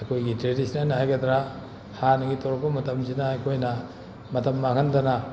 ꯑꯩꯈꯣꯏꯒꯤ ꯇ꯭ꯔꯦꯗꯤꯁꯟꯅꯦꯜ ꯍꯥꯏꯒꯗ꯭ꯔꯥ ꯍꯥꯟꯅꯒꯤ ꯇꯧꯔꯛꯄ ꯃꯇꯝꯁꯤꯅ ꯑꯩꯈꯣꯏꯅ ꯃꯇꯝ ꯃꯥꯡꯍꯟꯗꯅ